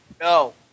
no